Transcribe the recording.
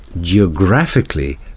geographically